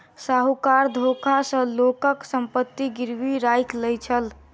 साहूकार धोखा सॅ लोकक संपत्ति गिरवी राइख लय छल